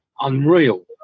unreal